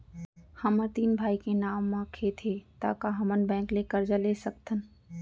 हमर तीन भाई के नाव म खेत हे त का हमन बैंक ले करजा ले सकथन?